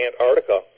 Antarctica